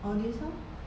all these lor